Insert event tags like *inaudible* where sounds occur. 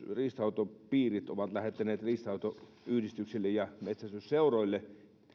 *unintelligible* riistanhoitopiirit ovat lähettäneet riistanhoitoyhdistyksille ja metsästysseuroille